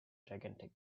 gigantic